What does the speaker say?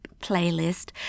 playlist